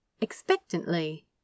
expectantly